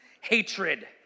hatred